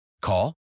Call